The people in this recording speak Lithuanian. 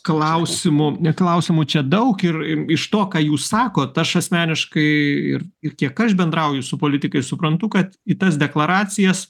klausimų klausimų čia daug ir iš to ką jūs sakot aš asmeniškai ir ir kiek aš bendrauju su politikais suprantu kad į tas deklaracijas